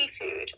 seafood